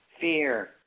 fear